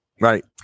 Right